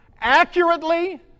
accurately